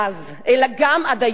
אלא גם עד היום הזה,